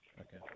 Okay